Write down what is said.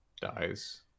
dies